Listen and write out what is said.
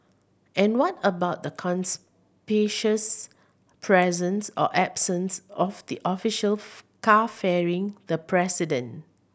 and what about the conspicuous presence or absence of the official car ferrying the president